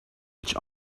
edge